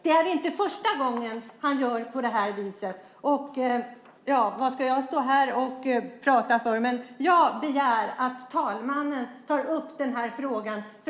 Det är inte första gången som han gör på detta sätt. Varför ska jag stå här och prata? Men jag begär att talmannen tar upp denna fråga.